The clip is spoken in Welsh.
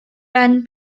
ben